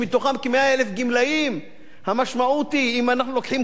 המשמעות היא, אם אנחנו לוקחים קצת את "כוח לעובד"